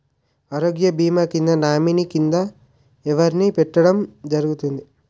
ఆరోగ్య భీమా కి నామినీ కిందా ఎవరిని పెట్టడం జరుగతుంది?